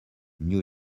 new